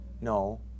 No